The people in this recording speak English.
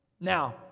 Now